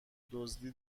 دزدی